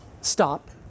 stop